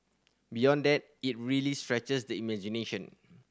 beyond that it really stretches the imagination